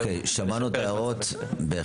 אוקיי, שמענו את ההערות בהחלט.